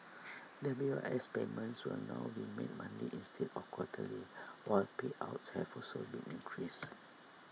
W I S payments will now be made monthly instead of quarterly while payouts have also been increased